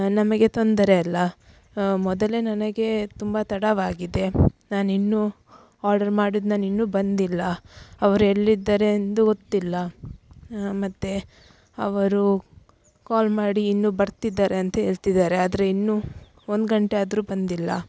ನಮಗೆ ತೊಂದರೆಯಲ್ಲಾ ಮೊದಲೇ ನನಗೆ ತುಂಬ ತಡವಾಗಿದೆ ನಾನಿನ್ನು ಆರ್ಡರ್ ಮಾಡಿದ್ದು ನಾನು ಇನ್ನು ಬಂದಿಲ್ಲ ಅವರೆಲ್ಲಿದ್ದಾರೆ ಎಂದು ಗೊತ್ತಿಲ್ಲ ಮತ್ತು ಅವರು ಕಾಲ್ ಮಾಡಿ ಇನ್ನು ಬರ್ತಿದ್ದಾರೆ ಅಂತ ಹೇಳ್ತಿದಾರೆ ಆದರೆ ಇನ್ನು ಒಂದು ಗಂಟೆಯಾದರು ಬಂದಿಲ್ಲ